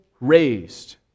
raised